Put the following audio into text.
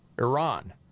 Iran